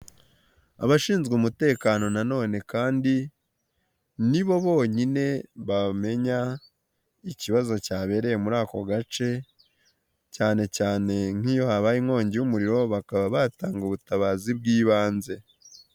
Abashinzwe umutekano na none kandi, ni bo bonyine bamenya ikibazo cyabereye muri ako gace cyane cyane nk'iyo habaye inkongi y'umuriro, bakaba batanga ubutabazi bw'ibanze.